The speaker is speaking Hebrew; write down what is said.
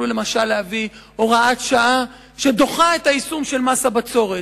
למשל היו יכולים להביא הוראת שעה שדוחה את היישום של מס הבצורת,